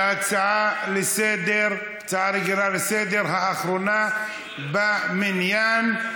להצעה לסדר-היום האחרונה במניין,